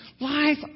life